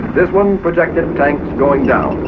this one projected down.